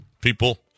people